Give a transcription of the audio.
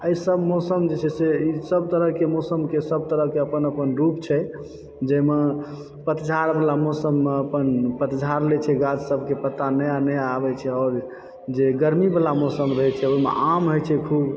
एहिसब मौसम जे छै सऽ ई सब तरहके मौसमके सब तरहके अपन अपन रूप छै जाहिमे पतझर वला मौसममे अपन पतझड़ लै छै गाछ सबके पत्ता नया नया आबै छै आओर जे गरमी बला मौसम रहै छै ओहिमे आम होइ छै खूब